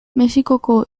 mexikoko